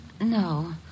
No